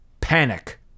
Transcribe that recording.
Panic